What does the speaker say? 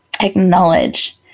acknowledge